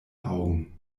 augen